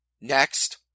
next